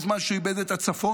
בזמן שהוא איבד את הצפון,